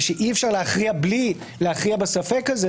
ושאי אפשר להכריע בלי להכריע בספק הזה,